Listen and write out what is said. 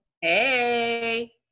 hey